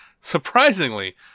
Surprisingly